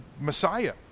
Messiah